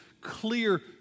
clear